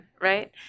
right